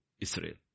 Israel